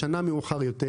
שנה מאוחר יותר,